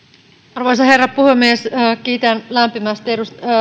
arvoisa herra puhemies kiitän lämpimästi